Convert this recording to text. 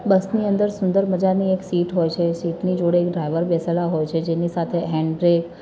બસની અંદર સુંદર મજાની એક સીટ હોય છે સીટની જોડે એક ડ્રાઇવર બેસેલા હોય છે જેની સાથે હૅન્ડ બ્રેક